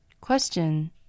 Question